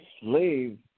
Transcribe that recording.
slave